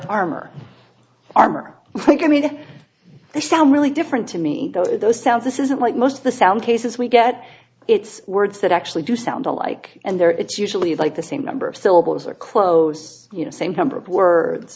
or armor i think i mean they sound really different to me though those sounds this isn't like most of the sound cases we get it's words that actually do sound alike and there it's usually like the same number of syllables or close you know same number of words